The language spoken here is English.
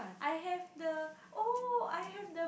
I have the !oh! I have the